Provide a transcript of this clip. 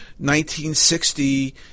1960